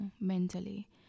mentally